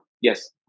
yes